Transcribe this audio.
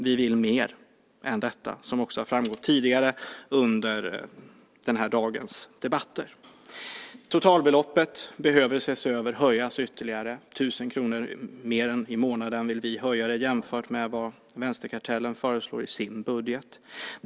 Vi vill mer än detta, som också har framgått tidigare under den här dagens debatter. Totalbeloppet behöver ses över och höjas ytterligare. 1 000 kr mer i månaden vill vi höja det jämfört med vad vänsterkartellen föreslår i sin budget.